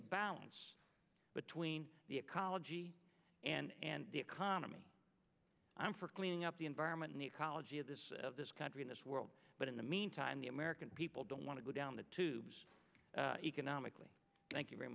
a balance between the ecology and the economy for cleaning up the environment in the ecology of this this country in this world but in the meantime the american people don't want to go down the tubes economically thank you very